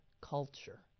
culture